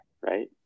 right